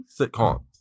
sitcoms